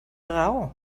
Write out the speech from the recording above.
raó